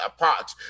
apart